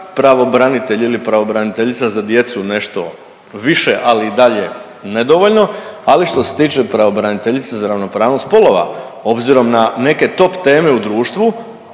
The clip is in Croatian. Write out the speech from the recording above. pravobranitelj ili pravobraniteljica za djecu nešto više ali i dalje nedovoljno, ali što se tiče pravobraniteljice za ravnopravnost spolova obzirom na neke top teme u društvu